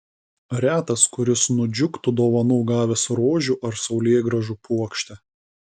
retas kuris nudžiugtų dovanų gavęs rožių ar saulėgrąžų puokštę